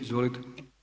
Izvolite.